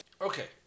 Okay